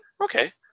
Okay